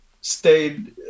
stayed